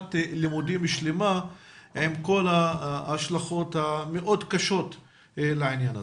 שנת לימודים שלמה עם כל ההשלכות המאוד קשות בעניין הזה.